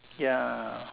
ya